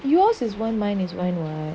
yours is what mine is wine [what]